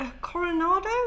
coronado